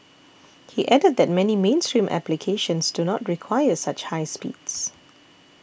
he added that many mainstream applications do not quite require such high speeds